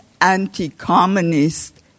anti-communist